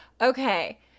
okay